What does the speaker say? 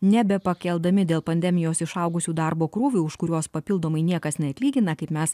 nebepakeldami dėl pandemijos išaugusių darbo krūvių už kuriuos papildomai niekas neatlygina kaip mes